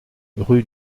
rue